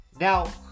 Now